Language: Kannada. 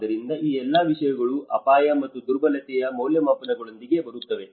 ಆದ್ದರಿಂದ ಈ ಎಲ್ಲಾ ವಿಷಯಗಳು ಅಪಾಯ ಮತ್ತು ದುರ್ಬಲತೆಯ ಮೌಲ್ಯಮಾಪನದೊಳಗೆ ಬರುತ್ತವೆ